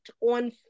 on